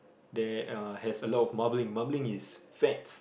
that has a lot of marbling marbling is fats